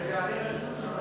רגע, אני רשום שם,